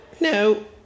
no